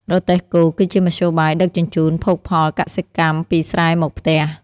រទេះគោគឺជាមធ្យោបាយដឹកជញ្ជូនភោគផលកសិកម្មពីស្រែមកផ្ទះ។